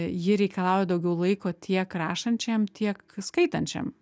ji reikalauja daugiau laiko tiek rašančiam tiek skaitančiam